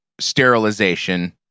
sterilization